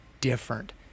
different